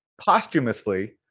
posthumously